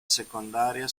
secondaria